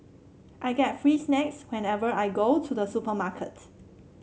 I get free snacks whenever I go to the supermarket